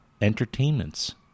entertainments